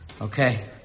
Okay